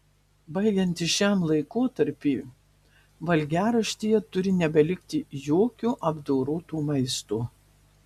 baigiantis šiam laikotarpiui valgiaraštyje turi nebelikti jokio apdoroto maisto